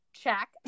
Check